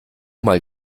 mal